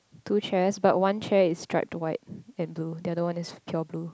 two chairs but one chair is striped white and blue the other one is pure blue